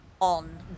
on